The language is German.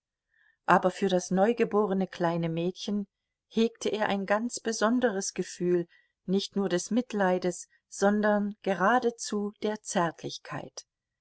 aber für das neugeborene kleine mädchen hegte er ein ganz besonderes gefühl nicht nur des mitleides sondern geradezu der zärtlichkeit